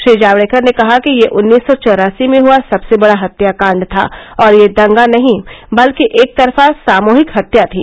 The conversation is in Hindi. श्री जावड़ेकर ने कहा कि यह उन्नीस सौ चौरासी में हुआ सबसे बडा हत्याकांड था और यह दंगा नहीं बल्कि एकतरफा सामृहिक हत्या थी